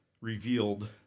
revealed